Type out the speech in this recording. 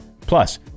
Plus